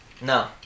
No